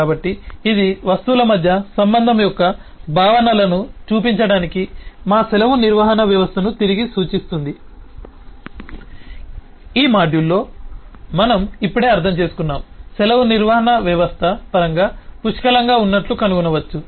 కాబట్టి ఇది వస్తువుల మధ్య సంబంధం యొక్క భావనలను చూపించడానికి మా సెలవు నిర్వహణ వ్యవస్థను తిరిగి సూచిస్తుంది ఈ మాడ్యూల్లో మనం ఇప్పుడే అర్థం చేసుకున్నాము సెలవు నిర్వహణ వ్యవస్థ పరంగా పుష్కలంగా ఉన్నట్లు కనుగొనవచ్చు